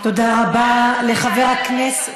תודה רבה לחבר הכנסת.